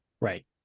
Right